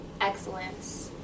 excellence